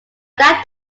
that